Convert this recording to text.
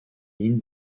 lynn